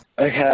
Okay